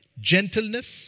Gentleness